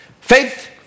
Faith